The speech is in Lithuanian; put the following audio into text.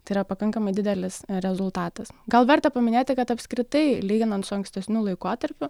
tai yra pakankamai didelis rezultatas gal verta paminėti kad apskritai lyginant su ankstesniu laikotarpiu